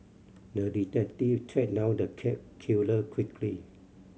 the detective tracked down the cat killer quickly